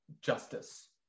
justice